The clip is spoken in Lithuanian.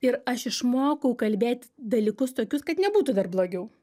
ir aš išmokau kalbėt dalykus tokius kad nebūtų dar blogiau